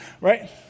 Right